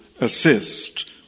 assist